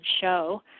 show